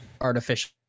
artificial